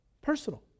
Personal